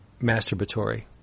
masturbatory